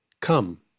Come